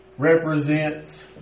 Represents